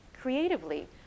creatively